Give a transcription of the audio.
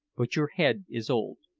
but your head is old.